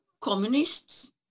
communists